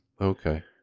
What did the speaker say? Okay